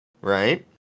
right